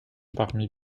parmi